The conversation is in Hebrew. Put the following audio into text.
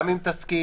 גם אם תסכים